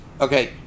Okay